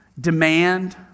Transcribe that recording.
demand